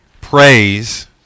praise